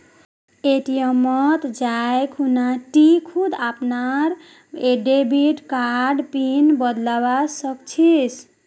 ATM मत जाइ खूना टी खुद अपनार डेबिट कार्डर पिन बदलवा सख छि